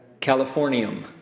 Californium